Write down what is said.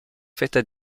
faites